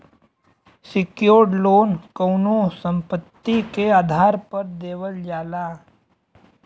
secured loan कउनो संपत्ति के आधार पर देवल जाला